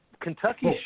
Kentucky